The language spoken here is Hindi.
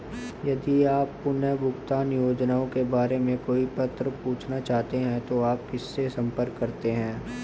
यदि आप पुनर्भुगतान योजनाओं के बारे में कोई प्रश्न पूछना चाहते हैं तो आप किससे संपर्क करते हैं?